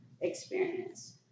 experience